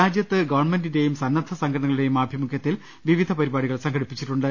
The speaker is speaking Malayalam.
രാജ്യത്ത് ഗവൺമെന്റിന്റെയും സന്നദ്ധ സംഘടനകളുടെയും ആഭി മുഖ്യത്തിൽ വിവിധ പരിപാടികൾ സംഘടിപ്പിച്ചിട്ടുണ്ട്